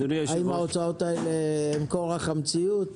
האם ההוצאות האלה הם כורח המציאות?